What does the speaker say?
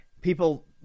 people